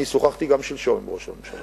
אני שוחחתי גם שלשום עם ראש הממשלה,